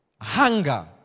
Hunger